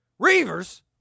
Reavers